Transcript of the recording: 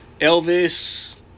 Elvis